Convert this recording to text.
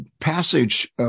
passage